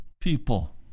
people